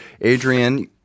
Adrian